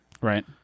Right